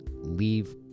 Leave